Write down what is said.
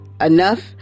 enough